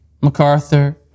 MacArthur